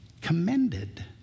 commended